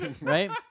right